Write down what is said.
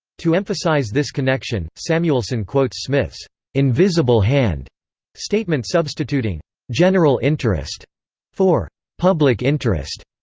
to emphasise this connection, samuelson quotes smith's invisible hand statement substituting general interest for public interest.